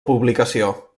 publicació